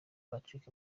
patrick